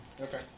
Okay